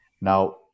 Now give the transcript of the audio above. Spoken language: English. Now